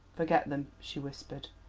forget them, she whispered.